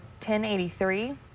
1083